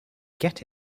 get